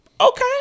okay